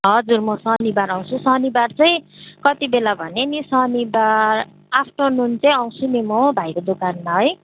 हजुर म शनिवार आउँछु शनिवार चाहिँ कति बेला भने नि शनिवार आफ्टरनुन चाहिँ आउँछु नि म भाइको दोकानमा है